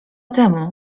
temu